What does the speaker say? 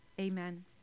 Amen